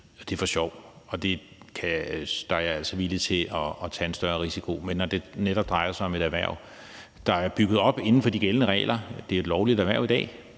Det er for sjov. Der er jeg altså villig til at tage en større risiko. Men det er noget andet, når det netop drejer sig om et erhverv, der er bygget op inden for de gældende regler. Det er et lovligt erhverv i dag.